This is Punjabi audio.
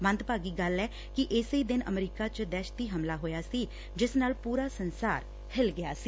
ਮੰਦਭਾਗੀ ਗੱਲ ਐ ਕਿ ਇਸੇ ਦਿਨ ਅਮਰੀਕਾ ਚ ਦਹਿਸ਼ਤੀ ਹਮਲਾ ਹੋਇਆ ਸੀ ਜਿਸ ਨਾਲ ਪੁਰਾ ਵਿਸ਼ਵ ਕੰਬ ਗਿਆ ਸੀ